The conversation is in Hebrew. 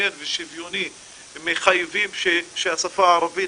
הוגן ושוויוני מחייבים שהשפה הערבית